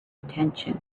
attention